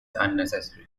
unnecessary